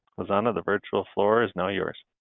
lizanna, the virtual floor is now yours.